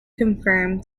confirm